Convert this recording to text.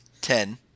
ten